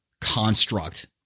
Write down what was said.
construct